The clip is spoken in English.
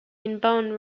inbound